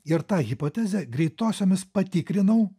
ir tą hipotezę greitosiomis patikrinau